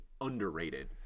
underrated